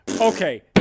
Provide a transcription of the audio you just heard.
okay